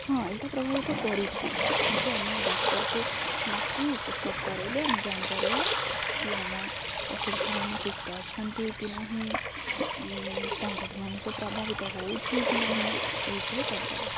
ହଁ ଏଇଟା ପ୍ରଭାବିତ କରୁଛି କିନ୍ତୁ ଆମେ ଡକ୍ଟରକୁ ଡାକି ଚେକଅପ୍ କରାଇଲେ ଆମେ ଜାଣିପାରିବା କି ଆମ ପଶୁପକ୍ଷୀ ମାନେ ସୁସ୍ଥ ଅଛନ୍ତି କି ନାହିଁ ତାଙ୍କଠୁ ମନୁଷ୍ୟ ପ୍ରଭାବିତ ହେଉଛି କି ନାହିଁ ଏଇସବୁ କରିପାରିବା